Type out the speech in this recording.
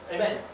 Amen